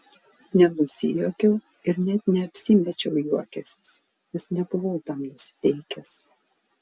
nenusijuokiau ir net neapsimečiau juokiąsis nes nebuvau tam nusiteikęs